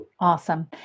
Awesome